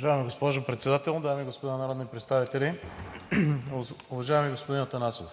Уважаема госпожо Председател, дами и господа народни представители! Уважаеми господин Атанасов,